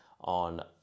on